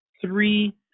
Three